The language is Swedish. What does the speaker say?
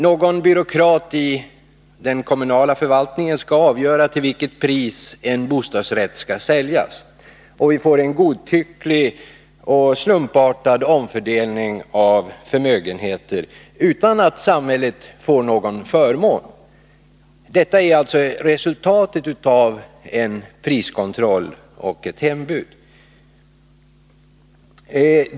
Någon byråkrat i den kommunala förvaltningen skall avgöra till vilket pris en bostadsrätt skall säljas, och vi får en godtycklig och slumpartad omfördelning av förmögenheter, utan att samhället får någon förmån. Detta är resultatet av en priskontroll och ett hembud.